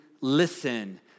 listen